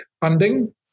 funding